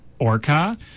orca